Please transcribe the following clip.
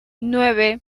nueve